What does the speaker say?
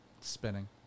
Spinning